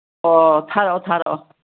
ꯑꯣ ꯊꯥꯔꯛꯑꯣ ꯊꯥꯔꯛꯑꯣ